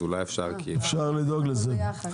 אז אולי אפשר לדאוג לזה.